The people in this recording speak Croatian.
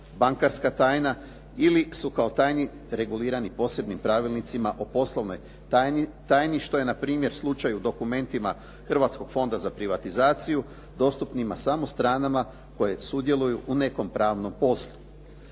bankarska tajna ili su kao tajni regulirani posebnim pravilnicima o poslovnoj tajni, što je npr. slučaj u dokumentima Hrvatskog fonda za privatizaciju dostupnima samo stranama koje sudjeluju u nekom pravnom postupku.